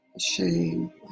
shame